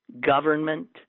government